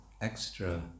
extra